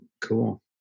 Cool